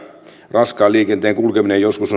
raskaan liikenteen kulkeminen on joskus